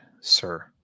sir